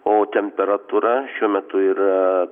o temperatūra šiuo metu ir